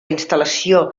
instal·lació